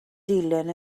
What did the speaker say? dilyn